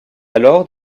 alors